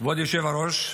כבוד היושב-ראש,